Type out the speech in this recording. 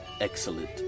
Excellent